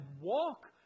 walk